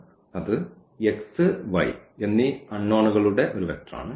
എന്നത് xy എന്നീ അൺനോൺകളുടെ വെക്റ്റർ